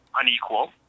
unequal